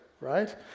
right